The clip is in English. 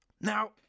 Now